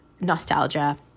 nostalgia